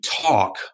talk